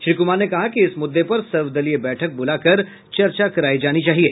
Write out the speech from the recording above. श्री कुमार ने कहा कि इस मुद्दे पर सर्वदलीय बैठक बुलाकर चर्चा करायी जानी चाहिए